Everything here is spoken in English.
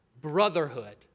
brotherhood